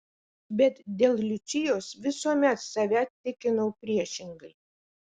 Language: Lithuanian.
bet dėl liučijos visuomet save tikinau priešingai